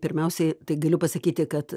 pirmiausiai tai galiu pasakyti kad